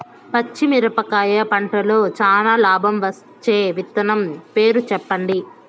పచ్చిమిరపకాయ పంటలో చానా లాభం వచ్చే విత్తనం పేరు చెప్పండి?